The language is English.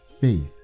faith